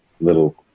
little